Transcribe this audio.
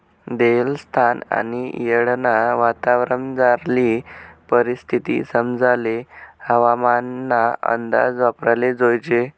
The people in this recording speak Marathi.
देयेल स्थान आणि येळना वातावरणमझारली परिस्थिती समजाले हवामानना अंदाज वापराले जोयजे